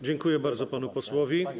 Dziękuję bardzo panu posłowi.